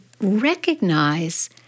recognize